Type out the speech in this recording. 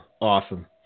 awesome